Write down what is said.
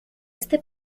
este